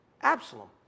Absalom